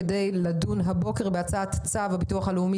כדי לדון הבוקר בהצעת צו הביטוח הלאומי